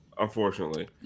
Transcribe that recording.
unfortunately